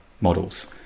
models